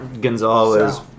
Gonzalez